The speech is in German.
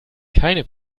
keine